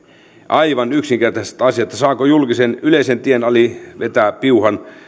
aivan yksinkertaisesta asiasta saako julkisen yleisen tien ali vetää piuhan